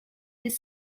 des